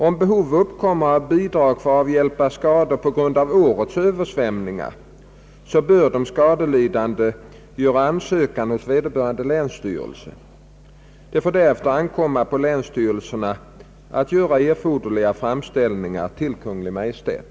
Om behov uppkommer av bidrag för att avhjälpa skador på grund av årets översvämningar bör de skadelidande göra ansökan hos vederbörande länsstyrelse. Det får därefter ankomma på länsstyrelserna att göra erforderliga framställningar till Kungl. Maj:t.